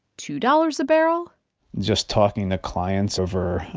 two dollars a barrel just talking to clients over,